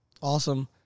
Awesome